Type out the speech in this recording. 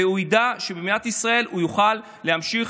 והוא ידע שבמדינת ישראל הוא יוכל להמשיך